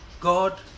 God